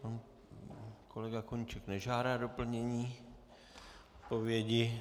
Pan kolega Koníček nežádá doplnění odpovědi...